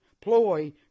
ploy